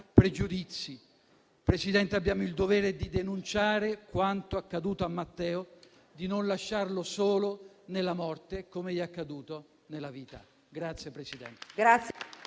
pregiudizi. Signora Presidente, abbiamo il dovere di denunciare quanto accaduto a Matteo, di non lasciarlo solo nella morte come gli è accaduto nella vita.